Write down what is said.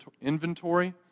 inventory